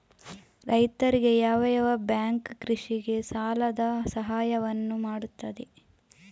ರೈತರಿಗೆ ಯಾವ ಯಾವ ಬ್ಯಾಂಕ್ ಕೃಷಿಗೆ ಸಾಲದ ಸಹಾಯವನ್ನು ಮಾಡ್ತದೆ?